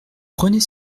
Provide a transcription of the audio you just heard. prenez